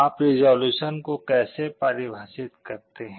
आप रिज़ोलुशन को कैसे परिभाषित करते हैं